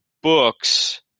books